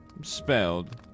spelled